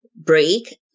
break